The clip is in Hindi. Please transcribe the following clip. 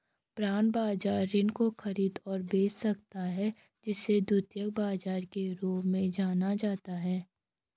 बांड बाजार ऋण को खरीद और बेच सकता है जिसे द्वितीयक बाजार के रूप में जाना जाता है